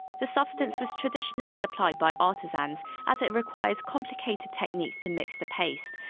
the substance was traditionally applied by artisans, as it requires complicated techniques to mix the paste.